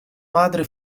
madre